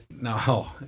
no